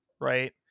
right